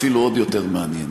אפילו עוד יותר מעניינת.